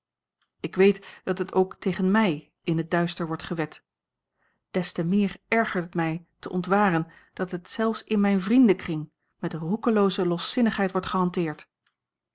ik weet dat het ook tegen mij in het duister wordt gewet des te meer ergert het mij te ontwaren dat het zelfs in a l g bosboom-toussaint langs een omweg mijn vriendenkring met roekelooze loszinnigheid wordt gehanteerd